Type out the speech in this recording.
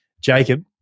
Jacob